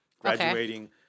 graduating